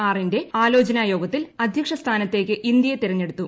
R ന്റെ ആലോചനാ യോഗത്തിൽ അദ്ധ്യക്ഷ സ്ഥാനത്തേക്ക് ഇന്ത്യയെ തെരഞ്ഞെടുത്തു